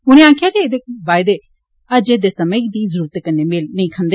उनें आखेआ जे ऐसे वायदे अज्जै दे समें दी जरूरतें कन्नै मेल नेई खंदे